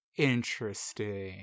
interesting